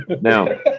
Now